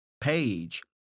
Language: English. page